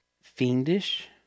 fiendish